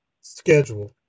schedule